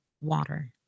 water